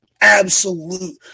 absolute